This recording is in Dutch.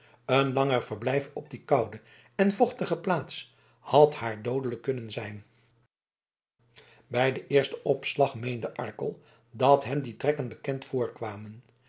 een langer verblijf op die koude en vochtige plaats had haar doodelijk kunnen zijn bij den eersten opslag meende arkel dat hem die trekken bekend voorkwamen